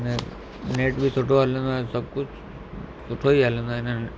net net बि सुठो हलंदो आहे सभु कुझु सुठो ई हलंदो आहे हिननि